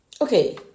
okay